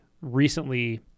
recently